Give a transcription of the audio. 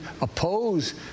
oppose